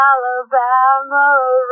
Alabama